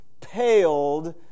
paled